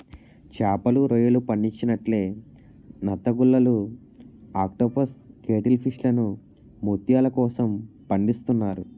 చేపలు, రొయ్యలు పండించినట్లే నత్తగుల్లలు ఆక్టోపస్ కేటిల్ ఫిష్లను ముత్యాల కోసం పండిస్తున్నారు